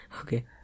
okay